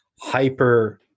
hyper